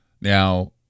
Now